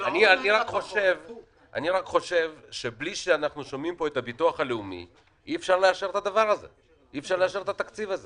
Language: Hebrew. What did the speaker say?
אני חושב שאי אפשר לאשר את התקציב הזה